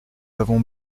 avons